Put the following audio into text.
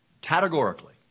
categorically